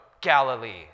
Galilee